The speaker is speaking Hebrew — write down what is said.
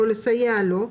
או לסייע לו,